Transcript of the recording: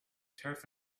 turf